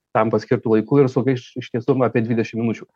tam paskirtu laiku ir sugaiš iš tiesų apie dvidešim minučių